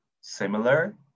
similar